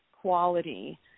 quality